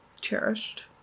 Cherished